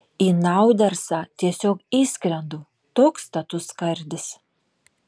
į naudersą tiesiog įskrendu toks status skardis